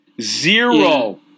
zero